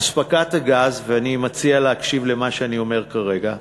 אספקת הגז, ואני מציע להקשיב למה שאני אומר כרגע,